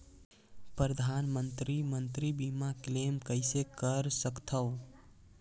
परधानमंतरी मंतरी बीमा क्लेम कइसे कर सकथव?